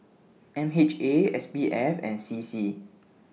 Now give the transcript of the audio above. MHA SPF and CC